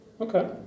Okay